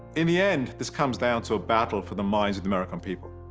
in the end, this comes down to a battle for the minds of the american people.